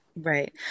right